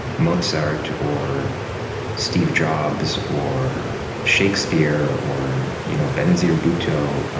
mozart or steve jobs or shakespeare or you know benazir bhutto